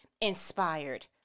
inspired